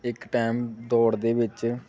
ਇੱਕ ਟਾਇਮ ਦੌੜ ਦੇ ਵਿੱਚ